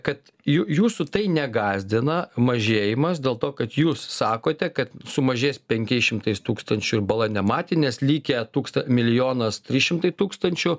kad jų jūsų tai negąsdina mažėjimas dėl to kad jūs sakote kad sumažės penkiais šimtais tūkstančių ir bala nematė nes likę tūksta milijonas trys šimtai tūkstančių